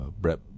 Brett